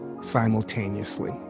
simultaneously